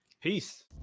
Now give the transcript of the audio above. peace